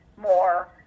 more